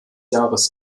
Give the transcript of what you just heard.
jahres